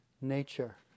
nature